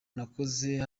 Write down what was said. nakoze